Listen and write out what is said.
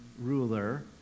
ruler